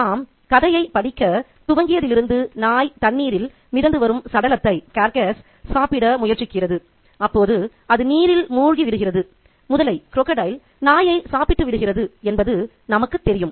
நாம் கதையைப் படிக்க துவங்கியதிலிருந்து நாய் தண்ணீரில் மிதந்து வரும் சடலத்தை சாப்பிட முயற்சிக்கிறது அப்போது அது நீரில் மூழ்கிவிடுகிறது முதலை நாயை சாப்பிட்டுவிடுகிறது என்பது நமக்குத் தெரியும்